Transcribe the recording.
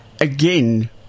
again